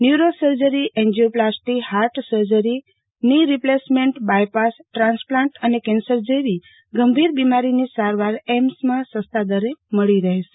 neurosurgery angioplasty heart surgery ની placement bypass transplant અને cancer જેવી ગંભીર બીમારીની સારવાર એઈમ્સમાં સસ્તા દરે મળી રહેશે